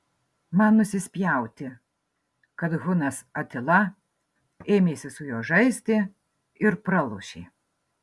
man nusispjauti kad hunas atila ėmėsi su juo žaisti ir pralošė